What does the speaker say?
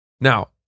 now